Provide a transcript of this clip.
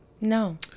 No